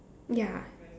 ya